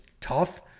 tough